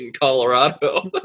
Colorado